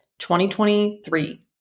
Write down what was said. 2023